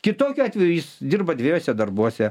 kitokiu atveju jis dirba dviejuose darbuose